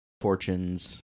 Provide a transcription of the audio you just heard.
fortunes